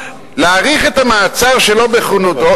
להאריך את המעצר שלא בנוכחותו,